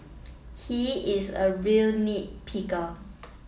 he is a real nit picker